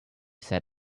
said